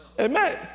Amen